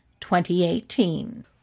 2018